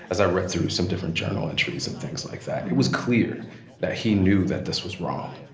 as i read through some different journal entries and things like that it was clear that he knew that this was wrong.